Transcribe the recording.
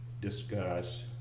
discuss